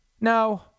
No